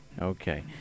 Okay